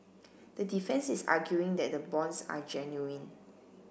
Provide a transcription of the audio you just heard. the defence is arguing that the bonds are genuine